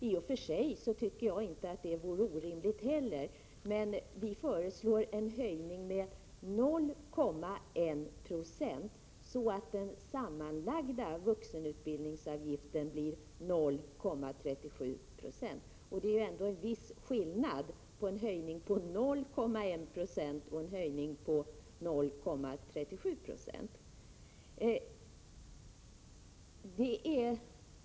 I och för sig tycker jag inte att det vore orimligt, men vi föreslår en höjning med 0,1 96 så att den sammanlagda vuxenutbildningsavgiften blir 0,37 76. Det är ändå en viss skillnad mellan en höjning på 0,1 9 och en höjning på 0,37 96.